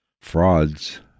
frauds